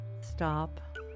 stop